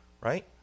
right